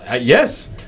yes